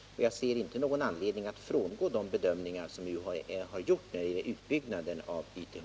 Jag ser ingen anledning att frångå de bedömningar som UHÄ har gjort när det gäller utbyggnaden av YTH.